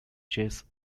chess